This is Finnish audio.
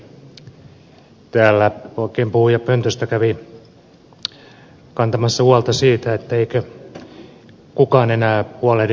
kankaanniemi täällä oikein puhujapöntöstä kävi kantamassa huolta siitä eikö kukaan enää huolehdi lähipalveluista